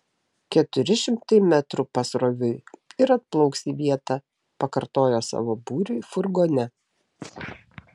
keturi šimtai metrų pasroviui ir atplauks į vietą pakartojo savo būriui furgone